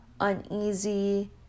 uneasy